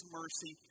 mercy